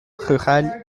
rural